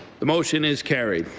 the motion is carried.